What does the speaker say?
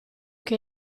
che